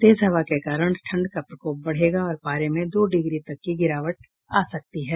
तेज हवा के कारण ठंड का प्रकोप बढ़ेगा और पारे में दो डिग्री तक की गिरावट आ सकती है